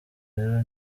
rero